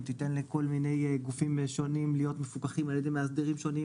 אם תיתן לכל מיני גופים שונים להיות מפוקחים על ידי מאסדרים שונים,